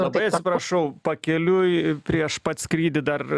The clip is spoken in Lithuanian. labai atsiprašau pakeliui prieš pat skrydį dar